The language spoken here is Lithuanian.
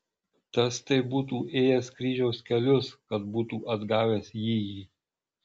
tas tai būtų ėjęs kryžiaus kelius kad būtų atgavęs jįjį